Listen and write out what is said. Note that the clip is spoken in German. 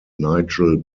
nigel